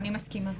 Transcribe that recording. אני מסכימה.